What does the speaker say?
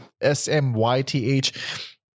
S-M-Y-T-H